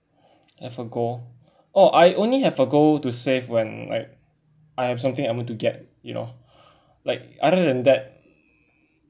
have a goal oh I only have a goal to save when like I have something I want to get you know like other than that